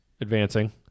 advancing